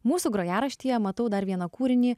mūsų grojaraštyje matau dar vieną kūrinį